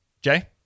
Jay